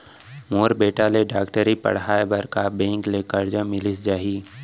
मोर बेटा ल डॉक्टरी पढ़ाये बर का बैंक ले करजा मिलिस जाही?